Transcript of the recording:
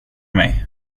mig